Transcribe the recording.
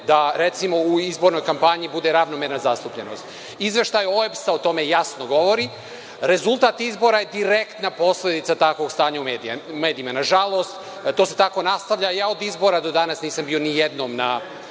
da recimo u izbornoj kampanji bude ravnomerna zastupljenost. Izveštaj OEBS-a o tome jasno govori. Rezultat izbora je direktna posledica takvog stanja u medijima. Nažalost, to se tako nastavlja. Ja od izbora do danas nisam bio nijednom na